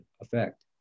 effect